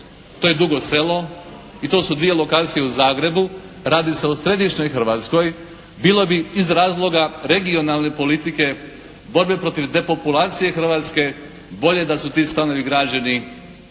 to je Dugo Selo i to su dvije lokacije u Zagrebu. Radi se o središnjoj Hrvatskoj. Bilo bi iz razloga regionalne politike borbe protiv depopulacije Hrvatske bolje da su ti stanovi građeni